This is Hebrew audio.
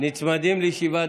נצמדים לישיבה.